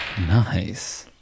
Nice